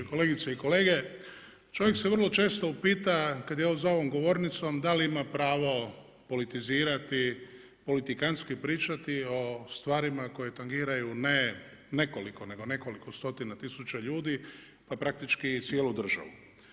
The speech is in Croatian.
Kolegice i kolege, čovjek se vrlo često upita kad je za ovom govornicom, da li ima pravo politizirati, politikantski pričati o stvarima koji tangiraju, ne nekoliko, nego nekoliko stotina tisuća ljudi, pa praktički i cijelu državu.